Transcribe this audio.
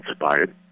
inspired